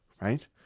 right